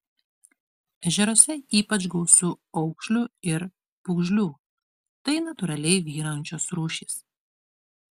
ežeruose ypač gausu aukšlių ir pūgžlių tai natūraliai vyraujančios rūšys